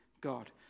God